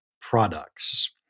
products